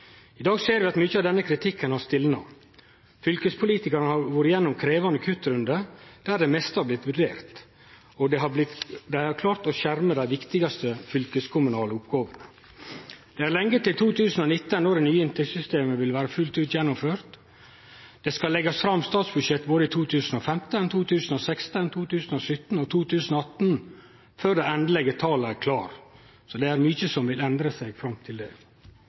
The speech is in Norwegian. I dag ser vi at mykje av denne kritikken har stilna. Fylkespolitikarane har vore gjennom krevjande kuttrundar der det meste har blitt vurdert, og dei har klart å skjerme dei viktigaste fylkeskommunale oppgåvene. Det er lenge til 2019, når det nye inntektssystemet vil vere fullt ut gjennomført. Det skal leggjast fram statsbudsjett både i 2015, 2016, 2017 og 2018 før dei endelege tala er klare, så det er mykje som vil endre seg fram til